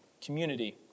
community